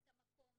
את המקום.